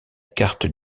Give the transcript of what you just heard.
carte